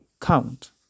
count